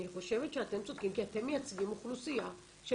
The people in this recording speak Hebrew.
אני חושבת שאתם צודקים כי אתם מייצגים אוכלוסייה של